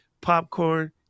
popcorn